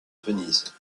venise